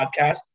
podcast